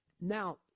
Now